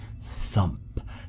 thump